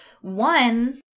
One